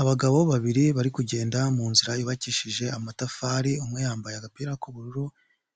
Abagabo babiri bari kugenda mu nzira yubakishije amatafari, umwe yambaye agapira k'ubururu